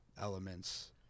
elements